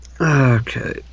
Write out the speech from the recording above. Okay